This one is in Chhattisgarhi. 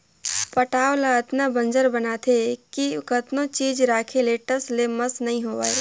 पटांव ल अतना बंजर बनाथे कि कतनो चीज राखे ले टस ले मस नइ होवय